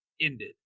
ended